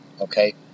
Okay